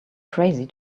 crazy